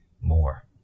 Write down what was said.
more